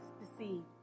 deceived